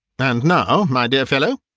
and now, my dear fellow,